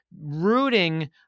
rooting